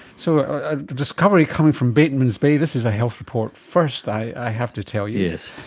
so a discovery coming from batemans bay, this is a health report first, i have to tell you.